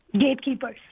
Gatekeepers